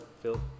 Phil